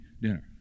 dinner